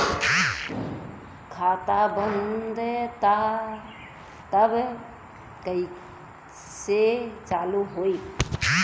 खाता बंद ह तब कईसे चालू होई?